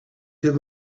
him